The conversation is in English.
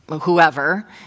whoever